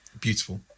beautiful